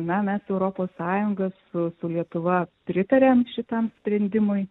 na mes europos sąjunga su su lietuva pritarėm šitam sprendimui